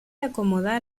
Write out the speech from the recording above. acomodar